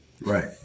Right